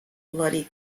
bloody